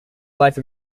life